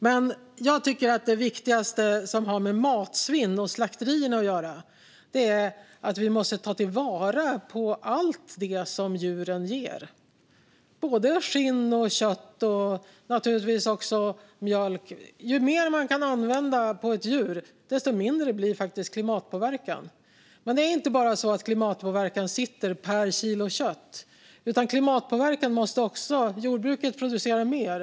Men jag tycker att det viktigaste när det gäller matsvinn och slakterierna är att vi måste ta till vara allt det som djuren ger: skinn, kött och naturligtvis också mjölk. Ju mer man kan använda av ett djur, desto mindre blir faktiskt klimatpåverkan. Men klimatpåverkan beror inte bara på antalet kilo kött. Jordbruket producerar mer.